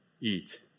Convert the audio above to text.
eat